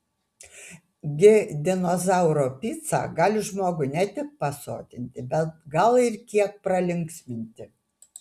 gi dinozauro pica gali žmogų ne tik pasotinti bet gal ir kiek pralinksminti